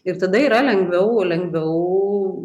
ir tada yra lengviau lengviau